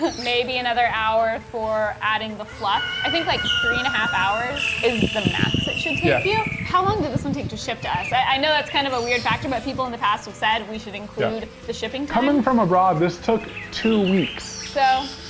but maybe another hour for adding the fluff. i think like three and a half hours is the max it should take yeah you. how long did this one take to ship to us? i know that's kind of a weird factor, but people in the past have said we should include the shipping time. coming from abroad, this took two weeks. so